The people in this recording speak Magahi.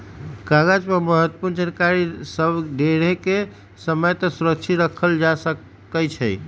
कागज पर महत्वपूर्ण जानकारि सभ के ढेरेके समय तक सुरक्षित राखल जा सकै छइ